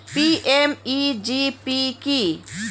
PMEGP কি?